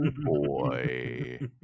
boy